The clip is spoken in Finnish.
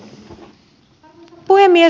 arvoisa puhemies